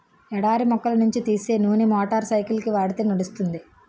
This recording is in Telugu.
ఎడారి మొక్కల నుంచి తీసే నూనె మోటార్ సైకిల్కి వాడితే నడుస్తుంది